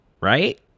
right